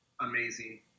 amazing